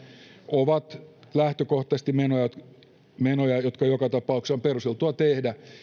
ovat lähtökohtaisesti menoja jotka joka tapauksessa on perusteltua tehdä